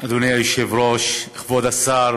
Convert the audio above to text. חמד עמאר, ואחריו, יעקב אשר,